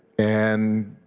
and